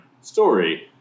story